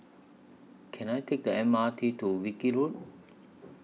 Can I Take The M R T to Wilkie Road